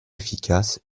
efficace